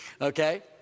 Okay